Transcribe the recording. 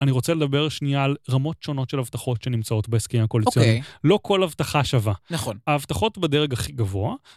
אני רוצה לדבר שנייה על רמות שונות של הבטחות שנמצאות בהסכמים הקואליציוניים. לא כל הבטחה שווה. נכון. ההבטחות בדרג הכי גבוה,